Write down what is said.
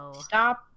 Stop